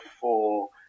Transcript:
four